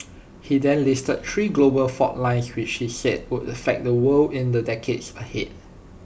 he then listed three global fault lines which he said would affect the world in the decades ahead